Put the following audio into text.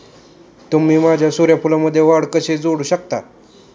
तुम्ही माझ्या सूर्यफूलमध्ये वाढ कसे जोडू शकता?